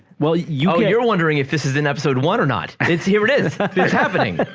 well you know you're wondering if this is in episode one or not it's here it is that's happening